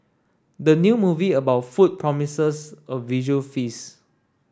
the new movie about food promises a visual feast